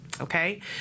okay